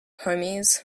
homies